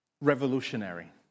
revolutionary